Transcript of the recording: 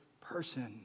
person